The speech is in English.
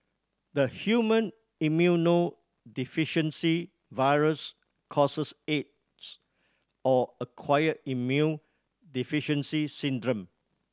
the human immunodeficiency virus causes aids or acquired immune deficiency syndrome